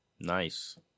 Nice